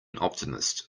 optimist